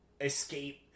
escape